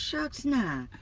shucks now!